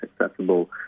accessible